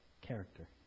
Character